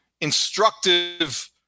instructive